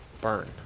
Burn